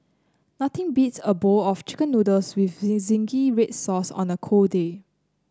nothing beats a bowl of chicken noodles with zingy red sauce on a cold day